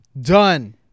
done